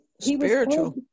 Spiritual